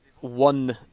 One